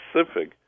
specific